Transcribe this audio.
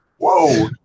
Whoa